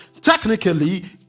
technically